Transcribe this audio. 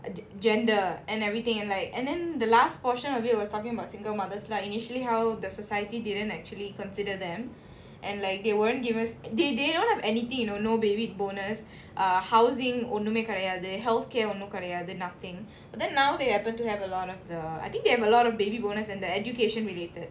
gender and everything and like and then the last portion of it was talking about single mothers lah initially how the society didn't actually consider them and like they weren't given they they don't have anything you know no baby bonus uh housing ஒண்ணுமே கெடயாது:onnumae kedayaathu healthcare ஒன்னும் கெடயாது:onnum kedayaathu nothing then now they happen to have a lot of the I think they have a lot of baby bonus and the education related